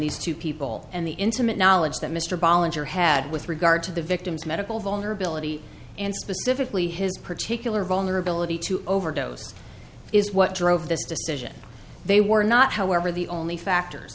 these two people and the intimate knowledge that mr bollen sure had with regard to the victims medical vulnerability and specifically his particular vulnerability to overdose is what drove this decision they were not however the only factor